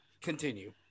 continue